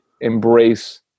embrace